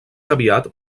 aviat